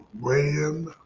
ran